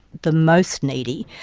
the most needy,